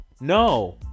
No